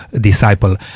disciple